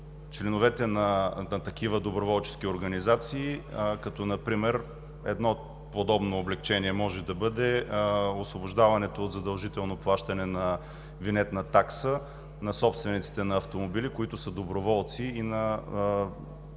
членовете на такива доброволчески организации, като например едно подобно облекчение може да бъде освобождаването от задължително плащане на винетна такса на собствениците на автомобили, които са доброволци, и на